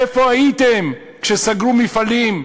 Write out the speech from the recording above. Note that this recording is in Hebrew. איפה הייתם כשסגרו מפעלים,